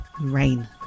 rain